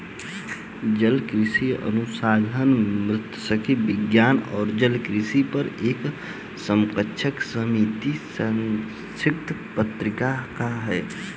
जलकृषि अनुसंधान मात्स्यिकी विज्ञान और जलकृषि पर एक समकक्ष समीक्षित शैक्षणिक पत्रिका है